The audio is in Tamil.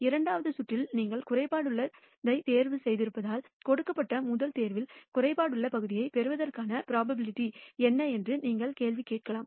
இரண்டாவது சுற்றில் நீங்கள் குறைபாடுள்ள தேர்வு செய்திருப்பதால் கொடுக்கப்பட்ட முதல் தேர்வில் குறைபாடுள்ள பகுதியைப் பெறுவதற்கான ப்ரோபபிலிட்டி என்ன என்று நீங்கள் கேள்வி கேட்கலாம்